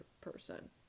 person